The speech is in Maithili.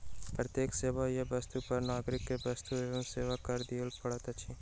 प्रत्येक सेवा आ वस्तु पर नागरिक के वस्तु एवं सेवा कर दिअ पड़ैत अछि